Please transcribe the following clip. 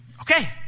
Okay